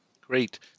Great